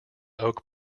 oak